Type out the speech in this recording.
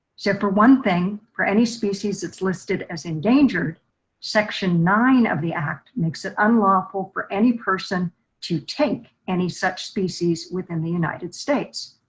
for one thing for any species that's listed as endangered section nine of the act makes it unlawful for any person to take any such species within the united states.